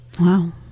wow